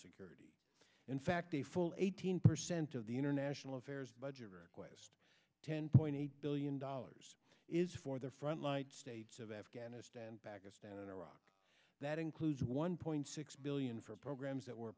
security in fact a full eighteen percent of the international affairs budget request ten point eight billion dollars is for the front light states of afghanistan pakistan and iraq that includes one point six billion for programs that were